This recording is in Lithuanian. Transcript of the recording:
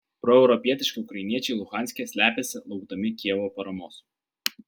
proeuropietiški ukrainiečiai luhanske slepiasi laukdami kijevo paramos